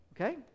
okay